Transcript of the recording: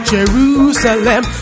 Jerusalem